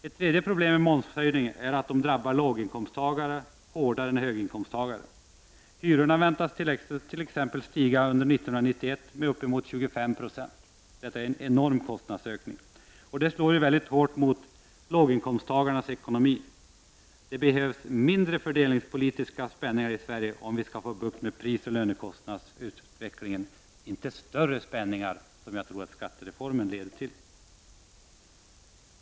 Ett tredje problem med momshöjningarna är att de drabbar låginkomsttagare hårdare än höginkomsttagare. Hyrorna väntas t.ex. 1991 stiga med uppemot 2596. Det är en enorm konstnadsökning som slår hårt mot låginkomsttagarnas ekonomi. Det behövs mindre fördelningspolitiska spänningar i Sverige om vi skall få bukt med prisoch lönekostnadsutvecklingen, inte större spänningar, som jag tror att skattereformen leder till.